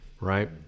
Right